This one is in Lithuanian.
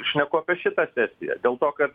šneku apie šitą sesiją dėl to kad